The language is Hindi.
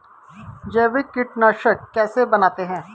जैविक कीटनाशक कैसे बनाते हैं?